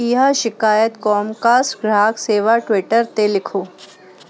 इहा शिकायत कॉमकास्ट ग्राहक सेवा ट्विटर ते लिखो